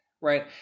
right